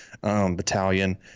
Battalion